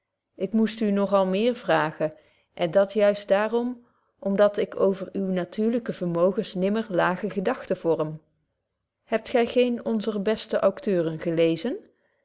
ik moest u nog al meer vragen en dat juist daarom om dat ik over uwe natuurlyke vermogens nimmer lage gedagten vorm hebt gy geen onzer beste aucteuren gelezen